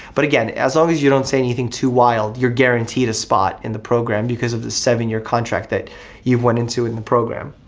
but again, as long as you don't say anything too wild you're guaranteed a spot in the program because of the seven year contract that you went into in the program.